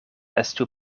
estu